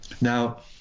Now